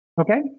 Okay